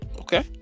Okay